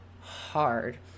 hard